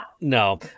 No